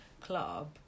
Club